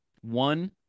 one